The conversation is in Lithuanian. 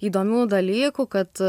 įdomių dalykų kad